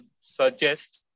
suggest